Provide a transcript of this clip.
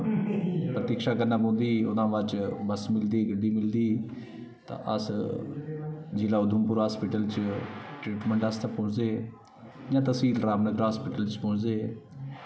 प्रतिक्षा करना पौंदी ही ओह्दे हां बाद बस्स मिलदी ही गड्डी मिलदी ही तां अस जिला उधमपुर हॉस्पिटल च ट्रीटमेंट आस्तै पुजदे हे जां तसील रामनगर हॉस्पिटल च पुजदे हे